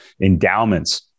endowments